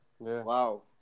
wow